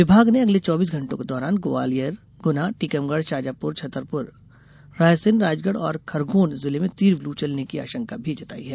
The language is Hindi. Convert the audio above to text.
विभाग ने अगले चौबीस घंटों के दौरान ग्वालियर गुना टीकमगढ़ शाजापुर छतरपुर रायसेन राजगढ़ और खरगौन जिलें में तीव्र लू चलने की आशंका जताई है